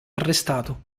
arrestato